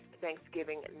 Thanksgiving